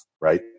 right